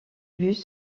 bus